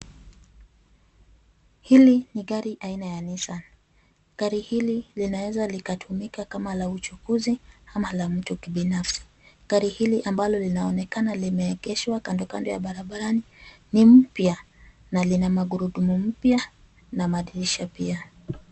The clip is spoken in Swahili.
Hili ni gari aina ya Nissan. Gari hili lina weza likatumika kama la uchukuzi ama la mtu kibinafsi. Gari hili ambalo linaonekana limeegeshwa kando kando ya barabarani. Ni mpya na lina magurudumu mpya na madirisha pia.